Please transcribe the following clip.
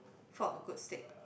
for good steak